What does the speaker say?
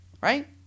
right